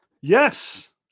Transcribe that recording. yes